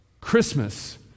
Christmas